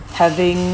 having